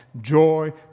Joy